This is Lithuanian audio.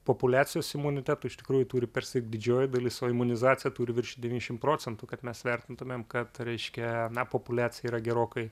populiacijos imunitetu iš tikrųjų turi persirgt ir didžioji dalis o imunizaciją turi virš devyndešim procentų kad mes vertintumėm kad reiškia na populiacija yra gerokai